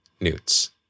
Newt's